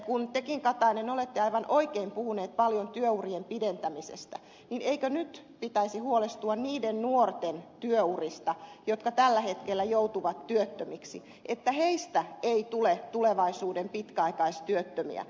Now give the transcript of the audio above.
kun tekin katainen olette aivan oikein puhunut paljon työurien pidentämisestä niin eikö nyt pitäisi huolestua niiden nuorten työurista jotka tällä hetkellä joutuvat työttömiksi että heistä ei tule tulevaisuuden pitkäaikaistyöttömiä